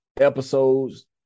episodes